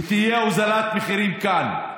ותהיה הורדת מחירים כאן.